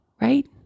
right